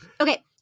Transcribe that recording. Okay